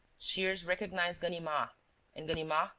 shears recognized ganimard and ganimard,